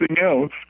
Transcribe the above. else